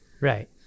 Right